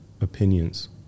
opinions